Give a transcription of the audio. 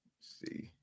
See